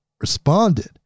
responded